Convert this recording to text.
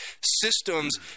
systems